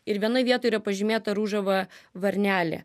ir vienoj vietoj pažymėta ružava varnelė